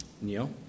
Neil